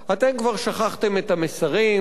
כבר שכחתם את המסרים,